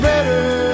Better